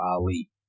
Ali